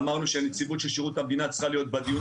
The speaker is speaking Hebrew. שאמרנו שהנציגות של שירות המדינה צריכה להיות בדיון